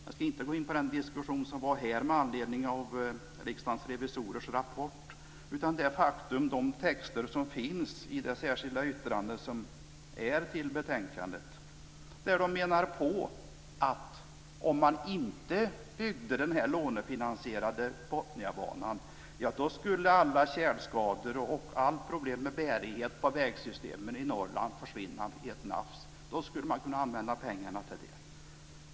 Jag ska inte gå in på den diskussion som var här med anledning av Riksdagens revisorers rapport utan de texter som finns i det särskilda yttrande som finns i betänkandet, att om man inte byggde den lånefinansierade Botniabanan då skulle alla tjälskador och andra problem med bärighet på vägsystemen i Norrland försvinna i ett nafs, då skulle man kunna använda pengarna till.